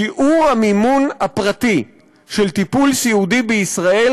שיעור המימון הפרטי של טיפול סיעודי בישראל